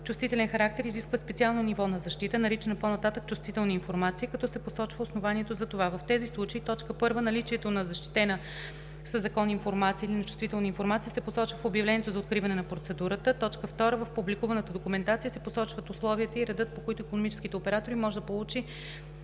чувствителен характер изисква специално ниво на защита, наричана по-нататък „чувствителна информация“, като се посочва основанието за това. В тези случаи: 1. наличието на защитена със закон информация или на чувствителна информация се посочва в обявлението за откриване на процедурата; 2. в публикуваната документация се посочват условията и редът, по които икономическите оператори може да получат